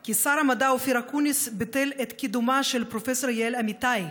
כי שר המדע אופיר אקוניס ביטל את קידומה של פרופ' יעל אמיתי,